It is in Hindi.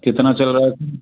कितना चल रहा है